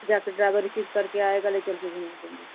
या फिर driver receive करके आएगा ले चल कर घूमा देंगे